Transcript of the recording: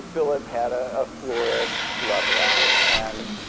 philip had ah a florid love life, and